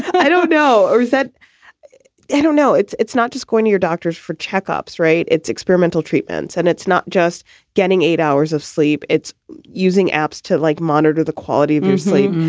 i don't know or that i don't know. it's it's not just going to your doctor's for checkups, right? it's experimental treatments. and it's not just getting eight hours of sleep. it's using apps to like monitor the quality of your sleep.